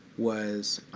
was